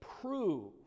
prove